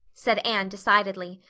said anne decidedly,